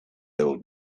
old